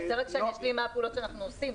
אתה רוצה שאני אשלים מה הפעולות שאנחנו עושים?